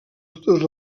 totes